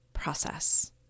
process